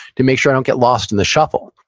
to make sure i don't get lost in the shuffle.